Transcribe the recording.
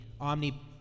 omni